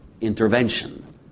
intervention